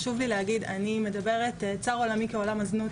חשוב לי להגיד: צר עולמי כעולם הזנות,